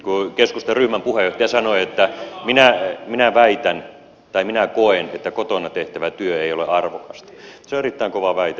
kun keskustan ryhmän puheenjohtaja sanoi että minä väitän tai minä koen että kotona tehtävä työ ei ole arvokasta se on erittäin kova väite ja se on virheellinen väite